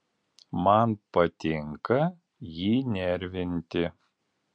man patinka jį nervinti